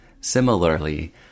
Similarly